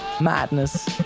madness